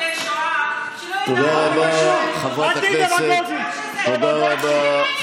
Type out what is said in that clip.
תודה רבה, חברת הכנסת, תודה רבה.